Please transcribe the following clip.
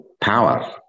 power